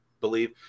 believe